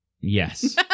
yes